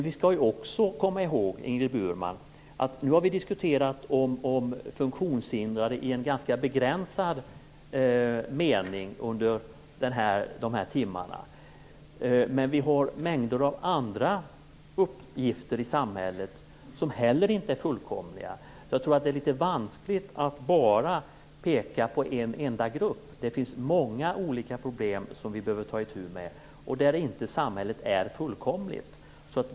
Vi skall också komma ihåg att vi nu har diskuterat funktionshindrade i en ganska begränsad mening under de här timmarna, men vi har mängder av andra uppgifter i samhället som inte heller är fullkomliga. Jag tror därför att det är vanskligt att bara peka på en enda grupp. Det finns många olika problem som vi behöver ta itu med och där samhället inte är fullkomligt.